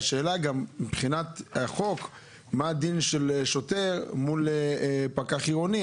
מבחינת החוק, מה דינו של שוטר מול פקח עירוני?